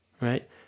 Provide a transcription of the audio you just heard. right